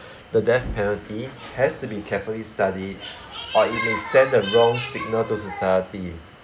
the death penalty has to be carefully studied or it will send the wrong signal to society